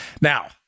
Now